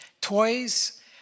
toys